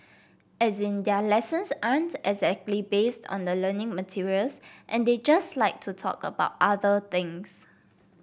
as in their lessons aren't exactly based on the learning materials and they just like to talk about other things